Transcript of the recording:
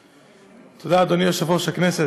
תודה, אדוני יושב-ראש הכנסת.